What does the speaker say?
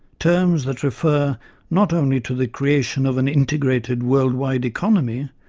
terms that refer not only to the creation of an integrated world-wide economy,